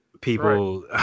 People